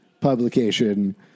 publication